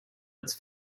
its